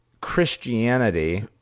Christianity